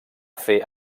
fer